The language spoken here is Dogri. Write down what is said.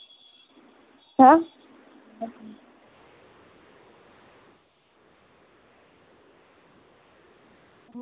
ऐं